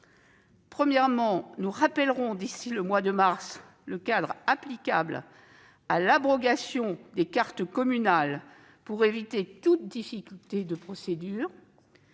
d'abord, nous rappellerons, d'ici au mois de mars, le cadre applicable à l'abrogation des cartes communales pour éviter toute difficulté de procédure.